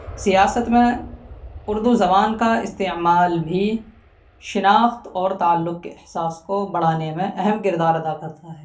سیاست میں اردو زبان کا استعمال بھی شناخت اور تعلق کے احساس کو بڑھانے میں اہم کردار ادا کرتا ہے